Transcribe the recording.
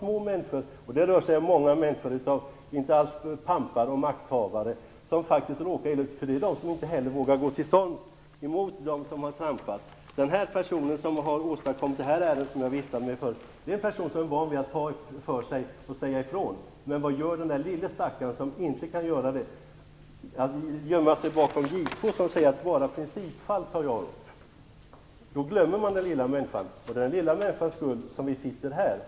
Många små människor, som inte alls är pampar och makthavare, råkar faktiskt illa ut, och många gånger vågar de inte heller gå till storms mot dem som har trampat över. Den person som har åstadkommit de ärendehandlingar som jag tidigare viftade med är en person som är van att ta för sig och att säga ifrån, men vad gör den lille stackare som inte kan göra det? Om man gömmer sig bakom JK, som säger att han bara tar upp principfall, glömmer man den lilla människan, och det är för hennes skull som vi sitter här.